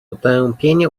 otępienie